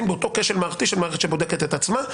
באותו כשל מערכתי של מערכת שבודקת את עצמה,